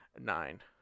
Nine